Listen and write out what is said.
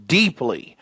deeply